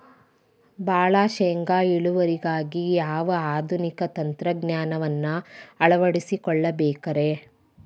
ಭಾಳ ಶೇಂಗಾ ಇಳುವರಿಗಾಗಿ ಯಾವ ಆಧುನಿಕ ತಂತ್ರಜ್ಞಾನವನ್ನ ಅಳವಡಿಸಿಕೊಳ್ಳಬೇಕರೇ?